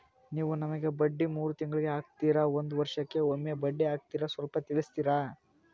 ನೀವು ನಮಗೆ ಬಡ್ಡಿ ಮೂರು ತಿಂಗಳಿಗೆ ಹಾಕ್ತಿರಾ, ಒಂದ್ ವರ್ಷಕ್ಕೆ ಒಮ್ಮೆ ಬಡ್ಡಿ ಹಾಕ್ತಿರಾ ಸ್ವಲ್ಪ ತಿಳಿಸ್ತೀರ?